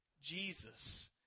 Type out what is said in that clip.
Jesus